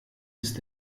ist